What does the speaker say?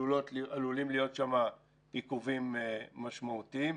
עלולים להיות שם עיכובים משמעותיים.